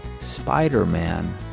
Spider-Man